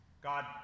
God